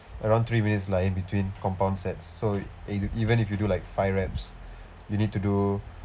around three minutes lah in between compound sets so இது:ithu even if you do like five reps you need to do